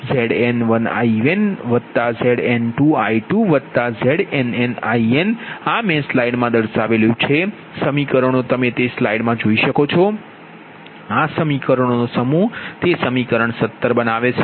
VnZn1I1Zn2I2ZnnInસમીકરણો અમે તે સ્લાઇડ મા દર્શાવેલ છે આ સમીકરણ નો સમૂહ તે સમીકરણ 17 બનાવે છે